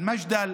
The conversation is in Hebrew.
אל-מג'דל,